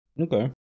Okay